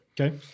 Okay